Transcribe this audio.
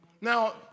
Now